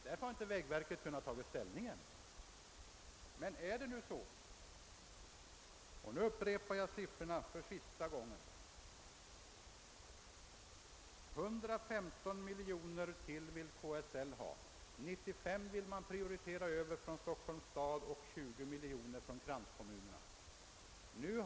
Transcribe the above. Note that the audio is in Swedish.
Därför har vägverket som sagt inte kunnat ta ställning än. Nu upprepar jag siffrorna för sista gången. KSL vill ha 115 miljoner kronor mer, 95 miljoner kronor av detta vill man prioritera över från Stockholms stad och 20 miljoner kronor från kranskommunerna.